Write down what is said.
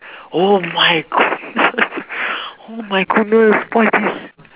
oh my goodness oh my goodness what is this